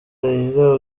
raila